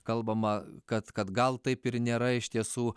kalbama kad kad gal taip ir nėra iš tiesų